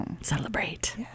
Celebrate